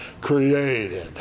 created